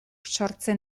sortzen